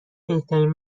بهترین